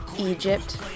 egypt